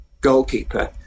goalkeeper